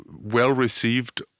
well-received